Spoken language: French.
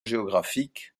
géographique